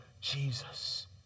Jesus